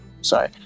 Sorry